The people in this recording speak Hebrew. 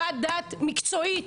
בניגוד אולי לאחרים פה אני מקשיב לך.